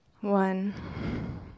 One